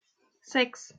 sechs